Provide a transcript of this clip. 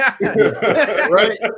right